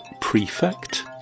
Prefect